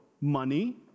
money